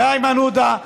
לאיימן עודה,